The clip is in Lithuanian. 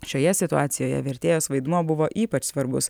šioje situacijoje vertėjos vaidmuo buvo ypač svarbus